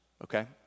okay